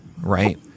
right